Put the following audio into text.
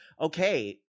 okay